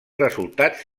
resultats